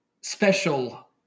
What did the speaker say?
special